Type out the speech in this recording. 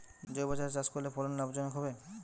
জৈবসারে চাষ করলে ফলন লাভজনক হবে?